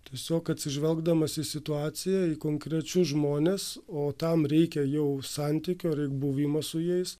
tiesiog atsižvelgdamas į situaciją į konkrečius žmones o tam reikia jau santykio ir buvimo su jais